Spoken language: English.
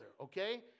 okay